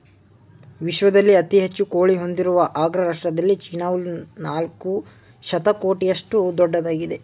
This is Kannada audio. ವಿಶ್ವದಲ್ಲಿ ಅತಿ ಹೆಚ್ಚು ಕೋಳಿ ಹೊಂದಿರುವ ಅಗ್ರ ರಾಷ್ಟ್ರದಲ್ಲಿ ಚೀನಾವು ನಾಲ್ಕು ಶತಕೋಟಿಯಷ್ಟು ದೊಡ್ಡದಾಗಿದೆ